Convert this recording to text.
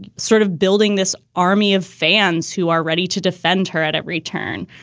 sort of building this army of fans who are ready to defend her at every turn.